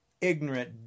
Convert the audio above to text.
ignorant